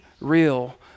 real